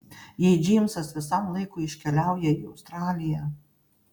jei džeimsas visam laikui iškeliauja į australiją